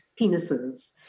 penises